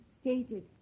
stated